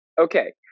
okay